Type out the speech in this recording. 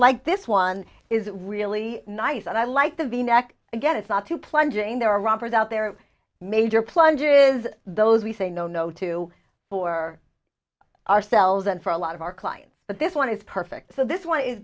like this one is really nice and i like the v neck again it's not too plunging there romford out there major plunges those we say no no to for ourselves and for a lot of our clients but this one is perfect so this one is